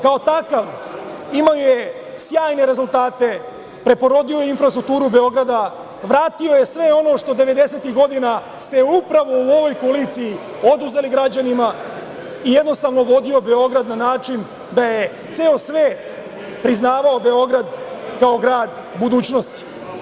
Kao takav imao je sjajne rezultate, preporodio infrastrukturu, vratio je sve ono što je 90-tih godina ste upravo u ovoj koaliciji oduzeli građanima i jednostavno vodio Beograd na način da je ceo svet priznavao Beograd kao grad budućnosti.